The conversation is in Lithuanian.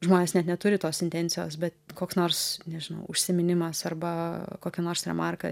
žmonės net neturi tos intencijos bet koks nors nežinau užsiminimas arba kokia nors remarka